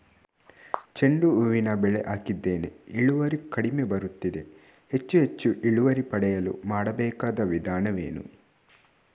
ಚೆಂಡು ಹೂವಿನ ಬೆಳೆ ಹಾಕಿದ್ದೇನೆ, ಇಳುವರಿ ಕಡಿಮೆ ಬರುತ್ತಿದೆ, ಹೆಚ್ಚು ಹೆಚ್ಚು ಇಳುವರಿ ಪಡೆಯಲು ಮಾಡಬೇಕಾದ ವಿಧಾನವೇನು?